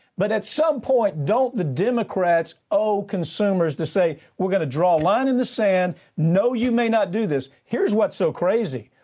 but at some point don't the democrats owe consumers to say, we're going to draw a line in the sand. no, you may not do this. here's what's so crazy.